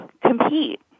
compete